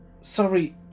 Sorry